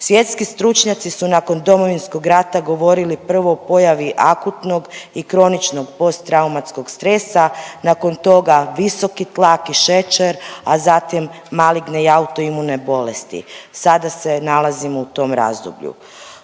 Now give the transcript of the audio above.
Svjetski stručnjaci su nakon Domovinskog rata govorili prvo o pojavi akutnog i kroničnog post traumatskog stresa, nakon toga visoki tlak i šećer, a zatim maligne i autoimune bolesti. Sada se nalazimo u tom razdoblju.